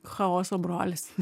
chaoso brolis